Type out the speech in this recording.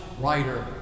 writer